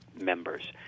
members